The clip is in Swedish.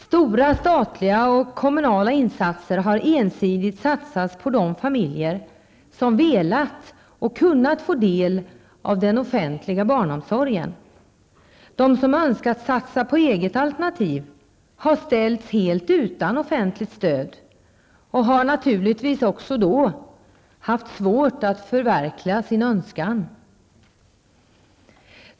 Stora statliga och kommunala insatser har ensidigt satsats på de familjer som har velat och kunnat få del av den offentliga barnomsorgen. De familjer som har önskat satsa på eget alternativ har ställts helt utan offentligt stöd och har naturligtvis ofta haft svårt att förverkliga sin önskan.